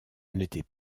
n’était